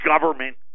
government